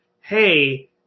hey